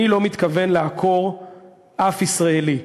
אני לא מתכוון לעקור אף ישראלי.